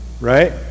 right